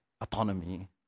autonomy